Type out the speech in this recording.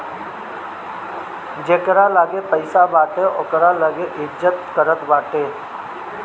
जेकरा लगे पईसा बाटे ओकरे लोग इज्जत करत बाटे